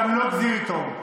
גם לא גזיר עיתון,